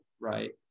right